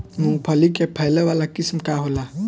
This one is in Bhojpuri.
मूँगफली के फैले वाला किस्म का होला?